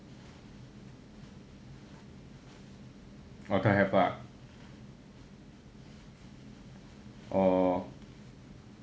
oh don't have ah